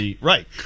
Right